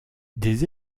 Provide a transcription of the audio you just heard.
des